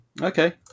Okay